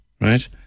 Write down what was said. right